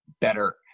better